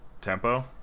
tempo